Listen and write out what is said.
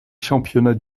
championnats